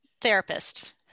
therapist